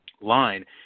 line